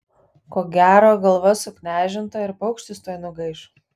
ko gero galva suknežinta ir paukštis tuoj nugaiš